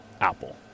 Apple